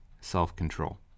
self-control